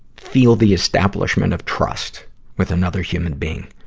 feel the establishment of trust with another human being.